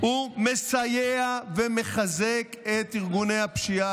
מסייע ומחזק את ארגוני הפשיעה.